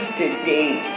today